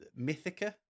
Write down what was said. mythica